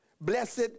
blessed